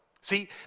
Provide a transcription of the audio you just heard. See